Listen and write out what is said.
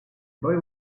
boy